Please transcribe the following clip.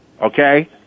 Okay